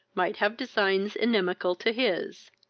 might have designs inimical to his.